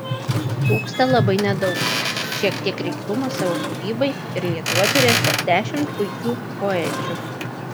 trūksta labai nedaug šiek tiek reiklumo savo kūrybai ir lietuva turės dar dešimt puikių poečių